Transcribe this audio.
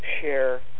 share